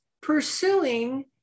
pursuing